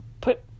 put